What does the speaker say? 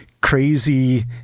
crazy